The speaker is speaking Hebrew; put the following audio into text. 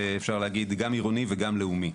אפשר להגיד גם עירוני וגם לאומי.